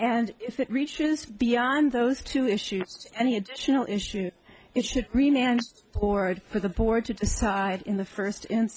and if it reaches beyond those two issues any additional issues it should remain and or for the board to decide in the first